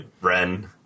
Ren